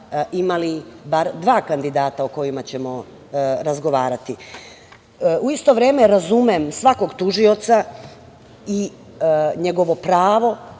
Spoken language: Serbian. imali bar dva kandidata o kojima ćemo razgovarati.U isto vreme razumem svakog tužioca i njegovo pravo